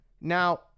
now